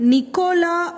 Nicola